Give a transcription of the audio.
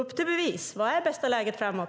Vilket är det bästa läget framåt?